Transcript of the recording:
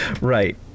right